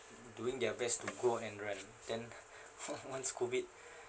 doing their best to go out and run then once COVID